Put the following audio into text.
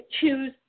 choose